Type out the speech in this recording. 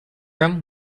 room